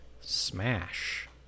Smash